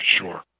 sure